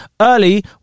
early